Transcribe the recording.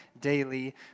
daily